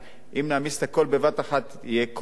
אם נעמיס את הכול בבת-אחת יהיה קושי,